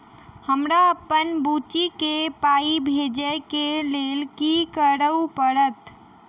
हमरा अप्पन बुची केँ पाई भेजइ केँ लेल की करऽ पड़त?